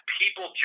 people